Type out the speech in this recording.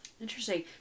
Interesting